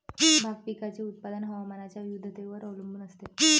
भाग पिकाचे उत्पादन हवामानाच्या विविधतेवर अवलंबून असते